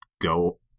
go